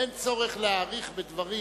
אין צורך להאריך בדברים,